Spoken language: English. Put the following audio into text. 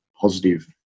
positive